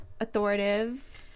authoritative